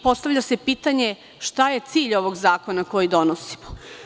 Postavlja se pitanje – šta je cilj ovog zakona koji donosimo?